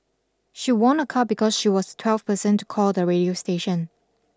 she won a car because she was twelfth person to call the radio station